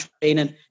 training